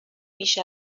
بیش